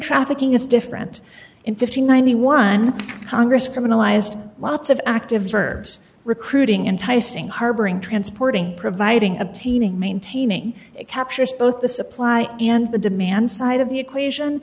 trafficking is different in five thousand and ninety one congress criminalized lots of active verbs recruiting enticing harboring transporting providing obtaining maintaining it captures both the supply and the demand side of the equation